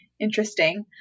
Interesting